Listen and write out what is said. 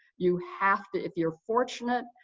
you have to if you're fortunate.